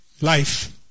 life